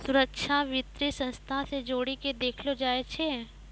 सुरक्षा वित्तीय संस्था से जोड़ी के देखलो जाय छै